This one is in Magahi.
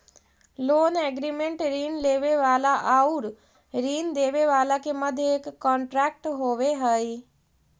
लोन एग्रीमेंट ऋण लेवे वाला आउर ऋण देवे वाला के मध्य एक कॉन्ट्रैक्ट होवे हई